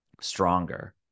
stronger